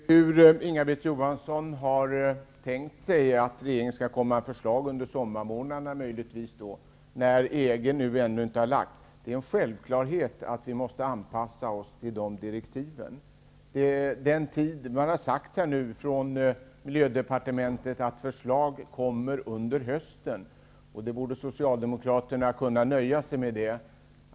Herr talman! Jag vet inte hur Inga-Britt Johanssson har tänkt sig att regeringen skall komma med förslag under sommarmånaderna, när EG ännu inte har lagt fram sina direktiv. Det är en självklarhet att vi måste anpassa oss till EG Miljödepartementet har sagt att förslag kommer under hösten, och Socialdemokraterna borde kunna nöja sig med det.